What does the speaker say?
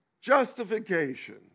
justification